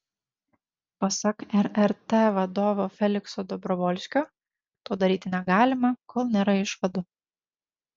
pasak rrt vadovo felikso dobrovolskio to daryti negalima kol nėra išvadų